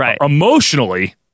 emotionally